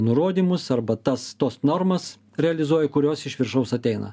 nurodymus arba tas tuos normas realizuoja kurios iš viršaus ateina